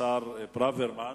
השר ברוורמן,